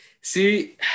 See